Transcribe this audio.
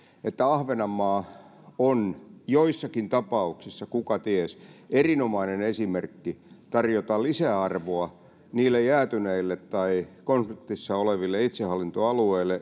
että ahvenanmaa on joissakin tapauksissa kukaties erinomainen esimerkki tarjota lisäarvoa euroopan sisälläkin niille jäätyneille tai konf liktissa oleville itsehallintoalueille